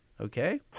Okay